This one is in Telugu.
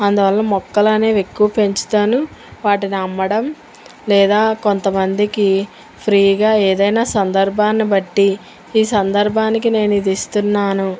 అందువల్ల మొక్కలు అనేవి ఎక్కువ పెంచుతాను వాటిని అమ్మడం లేదా కొంతమందికి ఫ్రీగా ఏదైనా సందర్భాన్ని బట్టి ఈ సందర్భానికి నేను ఇది ఇస్తున్నాను